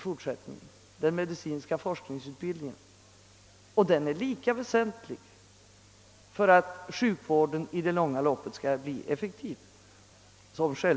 Forskartjänsterna är lika väsentliga som sjukvårdstjänsterna för att sjukvården i det långa loppet skall bli effektiv.